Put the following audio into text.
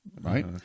right